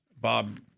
Bob